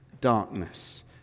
darkness